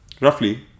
Roughly